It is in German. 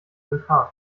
vulkan